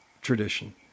tradition